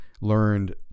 learned